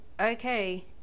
okay